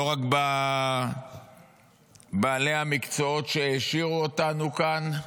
לא רק בבעלי המקצועות שהעשירו אותנו כאן,